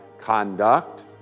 conduct